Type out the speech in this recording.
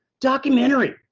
documentary